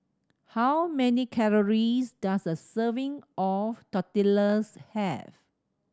how many calories does a serving of Tortillas have